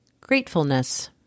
gratefulness